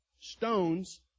Stones